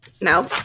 No